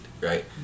right